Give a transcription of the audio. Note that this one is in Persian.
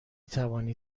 توانید